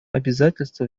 обязательства